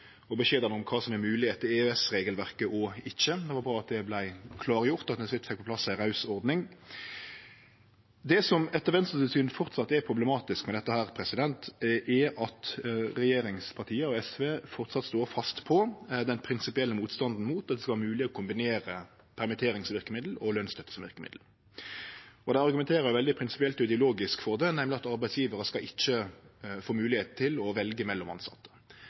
og beskjedane om kva som er mogleg etter EØS-regelverket og ikkje. Det var bra at det vart klargjort, og at vi til slutt fekk på plass ei raus ordning. Det som etter Venstres syn framleis er problematisk med dette, er at regjeringspartia og SV framleis står fast på den prinsipielle motstanden mot at det skal vere mogleg å kombinere permitteringsverkemiddel og lønsstøtteverkemiddel. Dei argumenterer veldig prinsipielt og ideologisk for det, nemleg med at arbeidsgjevarar ikkje skal få moglegheit til å velje mellom